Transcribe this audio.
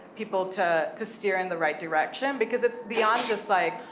people to to steer in the right direction, because it's beyond this like,